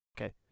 Okay